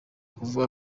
kuvuga